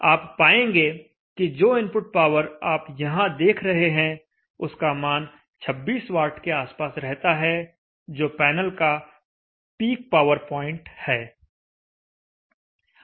आप पाएंगे कि जो इनपुट पावर आप यहां देख रहे हैं उसका मान 26 वाट के आसपास रहता है जो पैनल का पीक पावर पॉइंट है